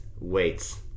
weights